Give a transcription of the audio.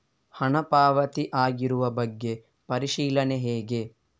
ಹಣ ಪಾವತಿ ಆಗಿರುವ ಬಗ್ಗೆ ಪರಿಶೀಲನೆ ಹೇಗೆ?